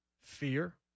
fear